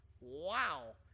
Wow